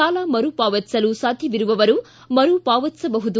ಸಾಲ ಮರು ಪಾವತಿಸಲು ಸಾಧ್ಯವಿರುವವರು ಮರುಪಾವತಿಸಬಹುದು